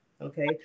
okay